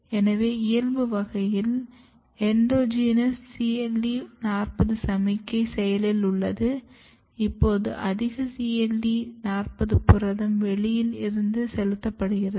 எனவே இயல்பு வகையில் எண்டோஜினஸ் CLE 40 சமிக்ஞை செயலில் உள்ளது இப்போது அதிக CLE 40 புரதம் வெளியில் இருந்து செலுத்தப்படுகிறது